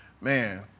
man